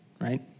right